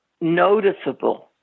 noticeable